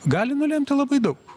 gali nulemti labai daug